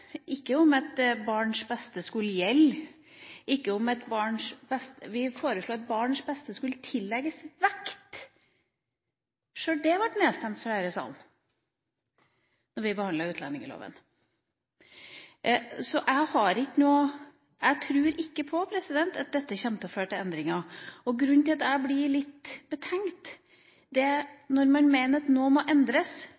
ikke om at barns beste skulle gjelde. Vi foreslo at barns beste skulle tillegges vekt. Sjøl det ble nedstemt i denne salen – da vi behandlet utlendingsloven. Så jeg tror ikke på at dette kommer til å føre til endringer, og grunnen til at jeg blir litt betenkt,